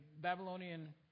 Babylonian